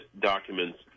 documents